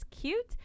cute